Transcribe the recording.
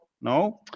no